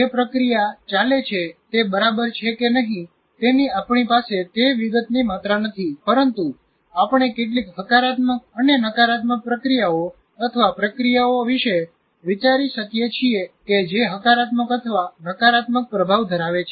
જે પ્રક્રિયા ચાલે છે તે બરાબર છે કે નહિ તેની આપણી પાસે તે વિગતની માત્રા નથી પરંતુ આપણે કેટલીક હકારાત્મક અને નકારાત્મક પ્રક્રિયાઓ અથવા પ્રક્રિયાઓ વિશે વિચારી શકીએ છીએ કે જે હકારાત્મક અથવા નકારાત્મક પ્રભાવ ધરાવે છે